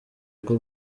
rwo